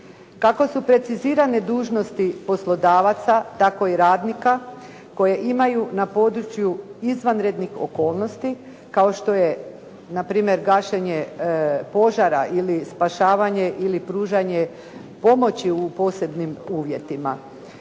Kako su precizirane dužnosti poslodavaca tako i radnika koje imaju na području izvanrednih okolnosti kao što je na primjer gašenje požara ili spašavanje ili pružanje pomoći u posebnim uvjetima.